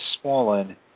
swollen